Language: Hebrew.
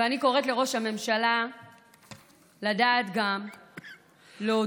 ואני קוראת לראש הממשלה לדעת להודות